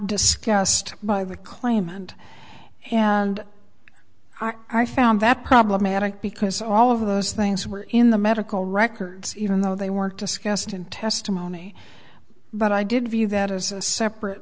discussed by the claimant and are are found that problematic because all of those things were in the medical records even though they weren't discussed in testimony but i did view that as a separate